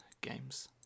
games